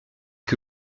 que